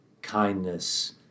Kindness